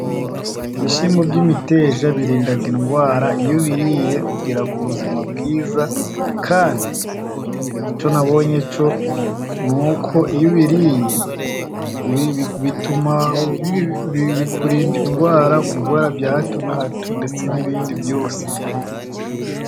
Ibishyimbo by'imiteja birinda indwara. Iyo ubiriye ugira ubuzima bwiza kandi icyo nabonye cyo ni uko iyo ubiririye bituma bikurinda indwara, kurwara bya hato na hato ndetse n'ibindi byose.